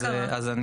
אז מה קרה?